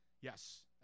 yes